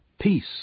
Peace